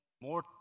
more